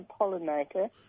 pollinator